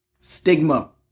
stigma